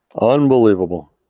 Unbelievable